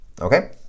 Okay